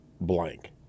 blank